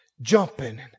jumping